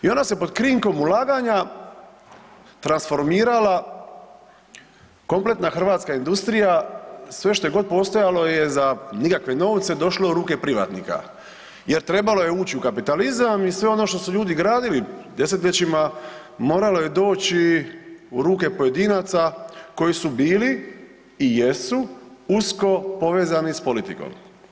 I onda se pod krinkom ulaganja transformirala kompletna hrvatska industrija, sve što god je postojalo je za nikakve novce došlo u ruke privatnika jer trebalo je ući u kapitalizam i sve ono što su ljudi gradili desetljećima moralo je doći u ruke pojedinaca koji su bili i jesu usko povezani s politikom.